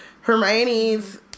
hermione's